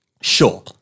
sure